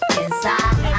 inside